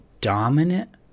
dominant